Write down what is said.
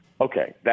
Okay